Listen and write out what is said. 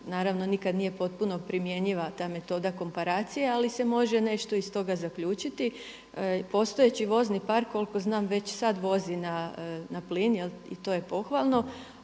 Naravno nikad nije potpuno primjenjiva ta metoda komparacije, ali se može nešto iz toga zaključiti. Postojeći vozni park koliko znam već sad vozi na plin i to je pohvalno.